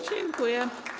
Dziękuję.